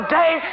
day